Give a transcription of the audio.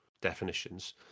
definitions